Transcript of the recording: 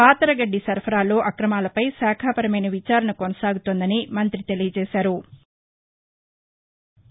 పాతరగద్ది సరఫరాలో అక్రమాలపై శాఖాపరమైన విచారణ కొనసాగుతోందని మంతి తెలిపారు